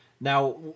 Now